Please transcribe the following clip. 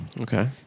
Okay